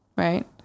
Right